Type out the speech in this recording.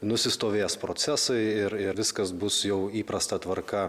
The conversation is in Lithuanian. nusistovės procesai ir ir viskas bus jau įprasta tvarka